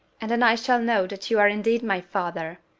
and then i shall know that you are indeed my father!